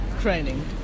training